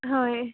হয়